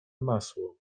masło